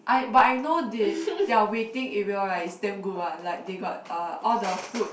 I but I know they their waiting area right is damn good one like they got uh all the food